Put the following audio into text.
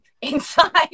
inside